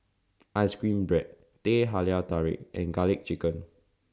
Ice Cream Bread Teh Halia Tarik and Garlic Chicken